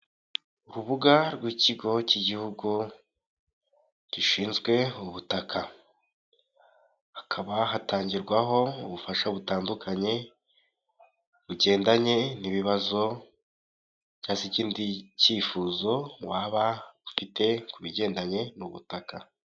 Urubuga rw'ikigo cy'igihugu gishinzwe ubutaka, hakaba hatangirwaho ubufasha butandukanye bugendanye n'ibibazo cyangwa se ikindi cyifuzo wababa ufite ku bigendanye n'ubutaka.